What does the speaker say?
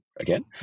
again